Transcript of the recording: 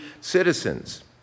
citizens